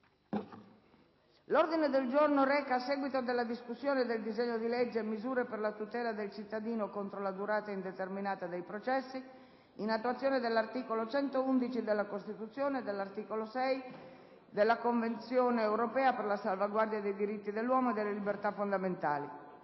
seduta è tolta *(ore 13,20)*. *Allegato A* DISEGNO DI LEGGE Misure per la tutela del cittadino contro la durata indeterminata dei processi, in attuazione dell'articolo 111 della Costituzione e dell'articolo 6 della Convenzione europea per la salvaguardia dei diritti dell'uomo e delle libertà fondamentali